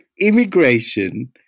immigration